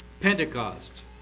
Pentecost